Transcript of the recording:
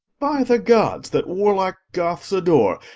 by the gods that warlike goths adore,